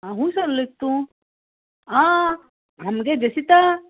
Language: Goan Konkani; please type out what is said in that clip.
खूंय सावन उयलोतां तूं आं आमगे जेसिका